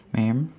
ma'am